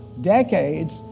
decades